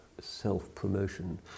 self-promotion